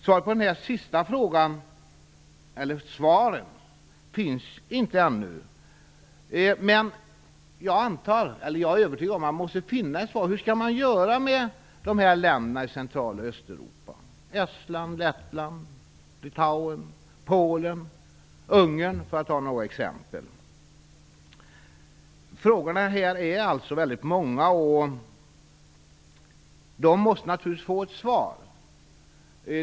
Svaren på dessa frågor finns inte ännu, men jag är övertygad om att man måste finna ett svar. Man måste bestämma hur man skall göra med länderna i Centraloch Östeuropa - Estland, Lettland, Litauen, Polen och Ungern, för att ta några exempel. Frågorna är alltså väldigt många. De måste naturligtvis få ett svar.